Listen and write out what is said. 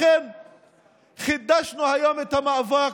לכן חידשנו היום את המאבק,